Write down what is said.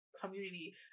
community